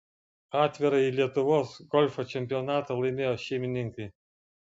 atvirąjį lietuvos golfo čempionatą laimėjo šeimininkai